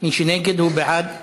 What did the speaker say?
מי שנגד הוא בעד הסרה.